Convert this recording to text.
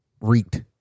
reeked